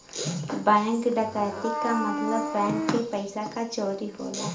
bank डकैती क मतलब बैंक के पइसा क चोरी होला